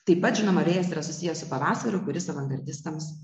taip pat žinoma vėjas yra susiję su pavasariu kuris avangardistams